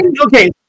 Okay